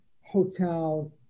hotel